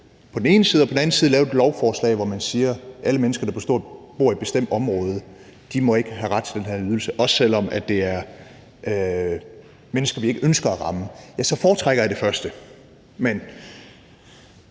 og misbruge det, og på den anden side lave et lovforslag, hvor man siger, at alle mennesker, der bor i et bestemt område, ikke må have ret til den her ydelse, også selv om det er mennesker, vi ikke ønsker at ramme, ja, så foretrækker jeg det første. Men